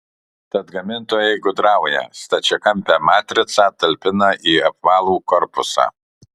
tad gamintojai gudrauja stačiakampę matricą talpina į apvalų korpusą